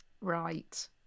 Right